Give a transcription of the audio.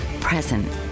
present